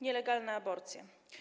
Nielegalne aborcje.